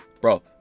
bro